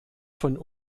von